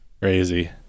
Crazy